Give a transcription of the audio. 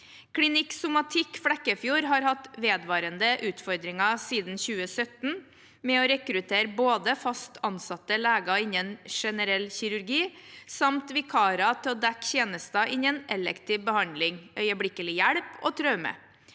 Klinikk for somatikk Flekkefjord har siden 2017 hatt vedvarende utfordringer med å rekruttere både fast ansatte, leger innen generell kirurgi samt vikarer til å dekke tjenester innen elektiv behandling, øyeblikkelig hjelp og traume